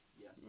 Yes